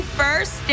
first